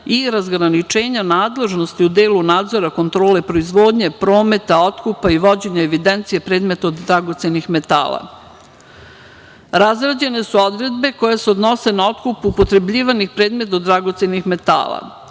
i razgraničenja nadležnosti u delu nadzora kontrole proizvodnje, prometa, otkupa i vođenja evidencije predmeta od dragocenih metala. Razrađene su odredbe koje se odnose na otkup upotrebljivanih predmeta od dragocenih metala.